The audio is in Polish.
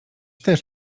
też